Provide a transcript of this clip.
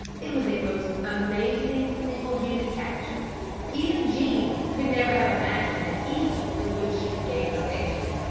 it was a most amazing single-handed capture even jean could never have imagined the ease with which she could gain her victory.